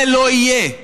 זה לא יהיה.